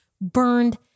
burned